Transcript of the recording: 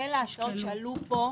כולל ההצעות שעלו פה.